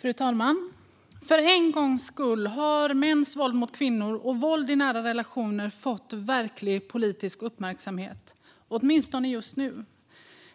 Fru talman! För en gångs skull har mäns våld mot kvinnor och våld i nära relationer fått verklig politisk uppmärksamhet, åtminstone just nu.